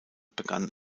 begann